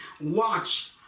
watch